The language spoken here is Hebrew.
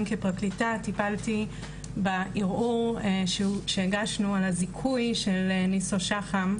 כפרקליטה טיפלתי בערעור שהגשנו על הזיכוי של ניסו שחם,